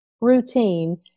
routine